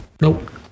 nope